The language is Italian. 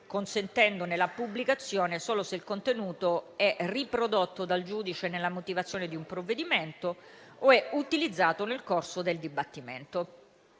consentendone la pubblicazione solo se il contenuto è riprodotto dal giudice nella motivazione di un provvedimento o è utilizzato nel corso del dibattimento.